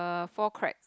a floor crack